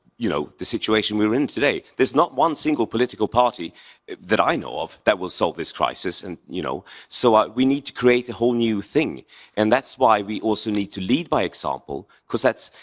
you know, the situation we're in today. there's not one single political party that i know of that will solve this crisis. and you know so ah we need to create a whole new thing and that's why we also need to lead by example. because that's,